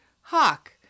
hawk